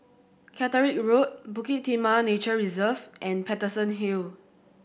Caterick Road Bukit Timah Nature Reserve and Paterson Hill